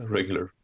regular